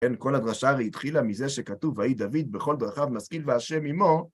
כן, כל הדרשה הרי התחילה מזה שכתוב: „וַיְהִי דָוִד לְכָל דְּרָכָיו מַשְׂכִּיל וַיהוָה עִמּוֹ...”